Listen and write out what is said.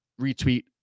retweet